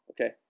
okay